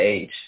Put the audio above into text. age